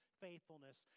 faithfulness